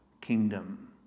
kingdom